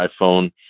iPhone